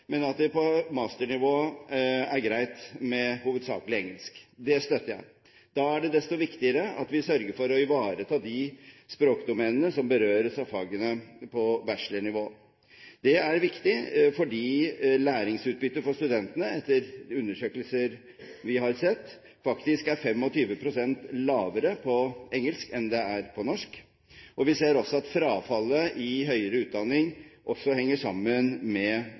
men at det på masternivå er greit med hovedsakelig engelsk. Det støtter jeg. Da er det desto viktigere at vi sørger for å ivareta de språkdomenene som berøres av fagene på bachelornivå. Det er viktig, fordi læringsutbyttet for studentene, etter undersøkelser vi har sett, er 25 pst. lavere på engelsk enn det er på norsk. Vi ser også at frafallet i høyere utdanning også henger sammen med